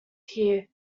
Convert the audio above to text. here